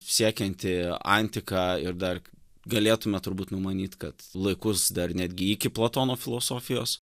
siekianti antiką ir dar galėtume turbūt numanyt kad laikus dar netgi iki platono filosofijos